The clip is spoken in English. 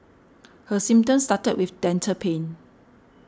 her symptoms started with dental pain